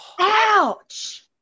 ouch